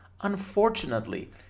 Unfortunately